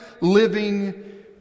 living